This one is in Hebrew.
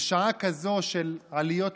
שבשעה כזו של עליות מחירים,